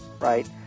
right